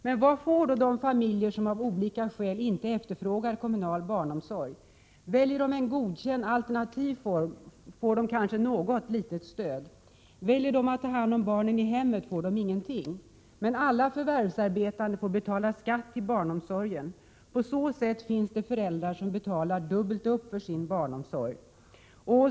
Men vad får de familjer som av olika skäl inte efterfrågar kommunal barnomsorg? Väljer de en godkänd alternativ form, får de kanske något litet stöd. Väljer de att ta hand om barnen i hemmet, får de ingenting. Men alla förvärvsarbetande får betala skatt till barnomsorgen. På så sätt finns det föräldrar som betalar dubbelt upp för sin barnomsorg.